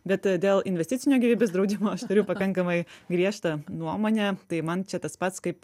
bet dėl investicinio gyvybės draudimo aš turiu pakankamai griežtą nuomonę tai man čia tas pats kaip